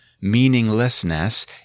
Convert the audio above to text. meaninglessness